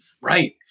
Right